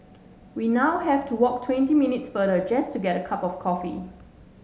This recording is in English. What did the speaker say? we now have to walk twenty minutes farther just to get a cup of coffee